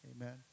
Amen